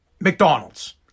McDonald's